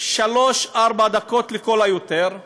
לשלוש-ארבע דקות לכל היותר לוועדה.